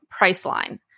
Priceline